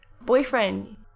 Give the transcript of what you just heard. boyfriend